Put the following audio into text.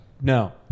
no